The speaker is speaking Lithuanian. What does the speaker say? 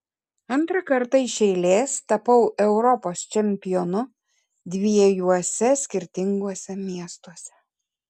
antrą kartą iš eilės tapau europos čempionu dviejuose skirtinguose miestuose